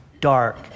dark